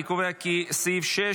אני קובע כי סעיף 6,